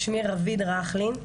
שמי רביד ראכלין,